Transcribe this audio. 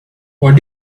what